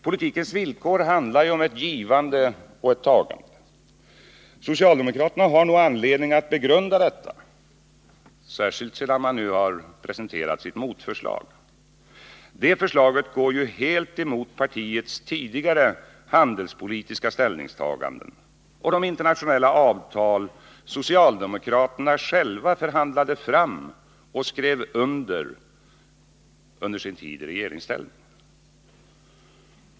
Politikens villkor handlar ju om ett givande och ett tagande. Socialdemokraterna har nog anledning att begrunda detta, särskilt sedan de nu presenterat sitt motförslag. Det förslaget går ju helt emot partiets tidigare handelspolitiska ställningstaganden och de internationella avtal socialdemokraterna själva förhandlade fram och skrev under i regeringsställning.